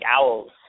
Owls